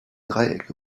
dreieck